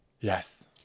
Yes